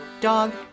dog